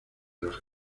los